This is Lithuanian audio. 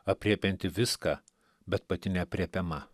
aprėpianti viską bet pati neaprėpiama